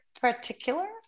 particular